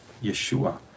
Yeshua